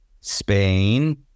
Spain